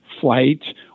flight